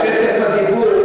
בשטף הדיבור,